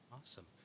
Awesome